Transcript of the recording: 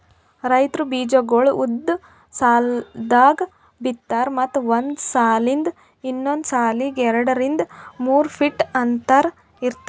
ರೈತ್ರು ಬೀಜಾಗೋಳ್ ಉದ್ದ್ ಸಾಲ್ದಾಗ್ ಬಿತ್ತಾರ್ ಮತ್ತ್ ಒಂದ್ ಸಾಲಿಂದ್ ಇನ್ನೊಂದ್ ಸಾಲಿಗ್ ಎರಡರಿಂದ್ ಮೂರ್ ಫೀಟ್ ಅಂತರ್ ಇರ್ತದ